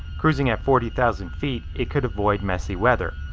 cruising at forty thousand feet, it could avoid messy weather.